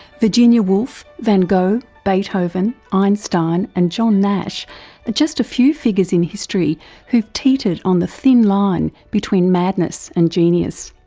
virginia woolf, van gogh, beethoven, einstein and john nash just a few figures in history who've teetered on the thin line between madness and genius.